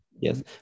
yes